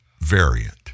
variant